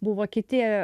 buvo kiti